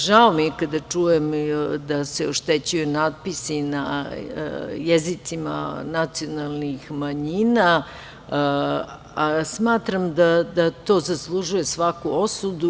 Žao mi je kada čujem da se oštećuju natpisi na jezicima nacionalnih manjina i smatram da to zaslužuje svaku osudu.